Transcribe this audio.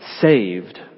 saved